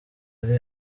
ari